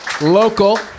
Local